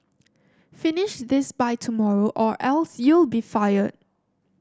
finish this by tomorrow or else you'll be fired